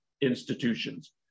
institutions